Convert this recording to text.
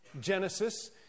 Genesis